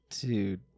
Dude